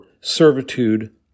servitude